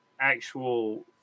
Actual